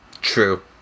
True